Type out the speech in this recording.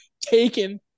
Taken